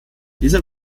dieser